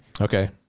Okay